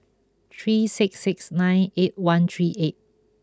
three six six nine eight one three eight